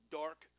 dark